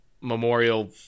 Memorial